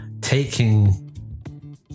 taking